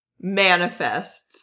manifests